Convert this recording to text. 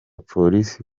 polisi